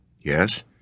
Yes